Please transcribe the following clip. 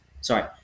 sorry